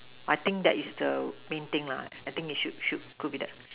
I think that is the main thing I think it should should